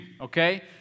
okay